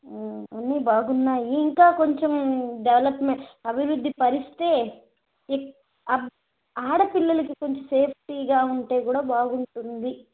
అన్నీ బాగున్నాయి ఇంకా కొంచెం డెవలప్ అభివృద్ది పరిస్తే అ ఆ ఆడపిల్లలకి కొంచెం సేఫ్టీగా ఉంటే కూడా బాగుంటుంది